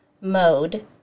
mode